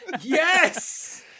Yes